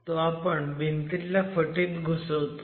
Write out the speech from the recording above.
तो आपण भिंतीतल्या फटीत घुसवतो